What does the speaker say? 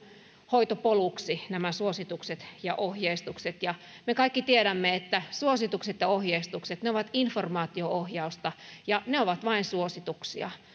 hoitopoluiksi nämä suositukset ja ohjeistukset me kaikki tiedämme että suositukset ja ohjeistukset ovat informaatio ohjausta ja ne ovat vain suosituksia